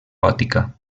gòtica